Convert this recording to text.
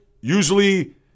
usually